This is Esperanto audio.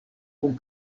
kun